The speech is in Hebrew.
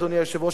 אדוני היושב-ראש,